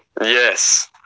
Yes